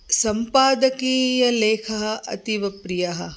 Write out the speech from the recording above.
सम्पादकीयलेखः अतीव प्रियः